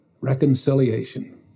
Reconciliation